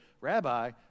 Rabbi